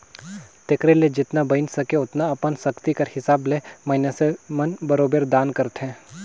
तेकरे ले जेतना बइन सके ओतना अपन सक्ति कर हिसाब ले मइनसे मन बरोबेर दान करथे